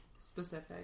Specific